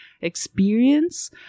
experience